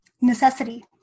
Necessity